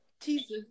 Jesus